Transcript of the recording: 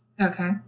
Okay